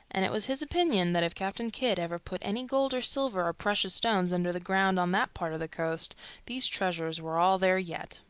and it was his opinion that if captain kidd ever put any gold or silver or precious stones under the ground on that part of the coast these treasures were all there yet.